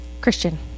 Christian